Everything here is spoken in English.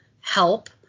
help